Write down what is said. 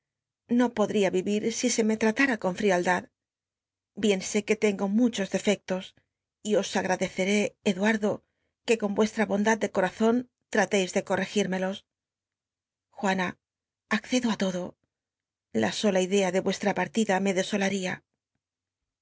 no podría ririr si se me tratara con frialdad bien sé que lcngo muchos defectos y os agradeceré duardo que con licolra bondad de corazon lrateis de corregírmelos j nana accedo i todo la sola idea de nrcslm partida me desolaría